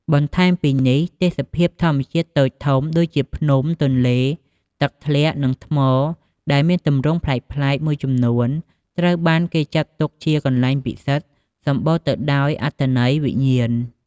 បន្ថែមពីនេះ ទេសភាពធម្មជាតិតូចធំៗ ដូចជា ភ្នំ ទន្លេ ទឹកធ្លាក់ និងថ្មដែលមានទម្រង់ប្លែកៗ មួយចំនួន ត្រូវបានគេចាត់ទុកជាកន្លែងពិសិដ្ឋសម្បូរទៅដោយអត្ថន័យវិញ្ញាណ។